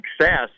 success